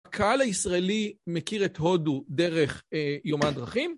הקהל הישראלי מכיר את הודו דרך יומן דרכים.